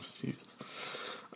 Jesus